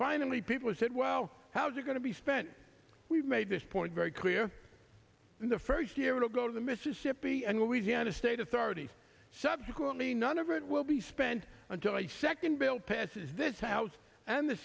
finally people said well how is it going to be spent we've made this point very clear in the first year it'll go to the mississippi and louisiana state authorities subsequently none of it will be spent until a second bill passes this house and the